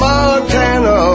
Montana